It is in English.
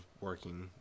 working